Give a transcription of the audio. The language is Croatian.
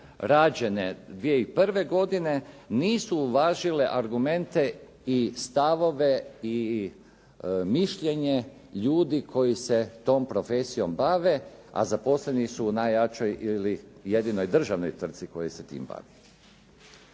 rađene 2001. godine nisu uvažile argumente i stavove i mišljenje ljudi koji se tom profesijom bave, a zaposleni su u najjačoj ili jedinoj državnoj tvrtci koja se tim bavi.